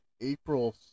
April